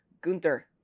Gunther